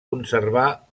conservar